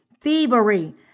thievery